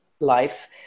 life